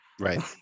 right